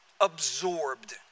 absorbed